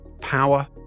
power